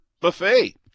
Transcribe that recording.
buffet